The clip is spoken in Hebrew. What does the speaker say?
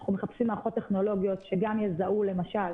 אנחנו מחפשים מערכות טכנולוגיות שגם יזהו למשל